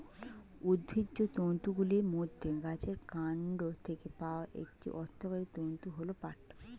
উদ্ভিজ্জ তন্তুগুলির মধ্যে গাছের কান্ড থেকে পাওয়া একটি অর্থকরী তন্তু হল পাট